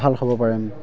ভাল হ'ব পাৰিম